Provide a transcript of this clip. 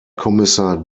kommissar